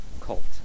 cult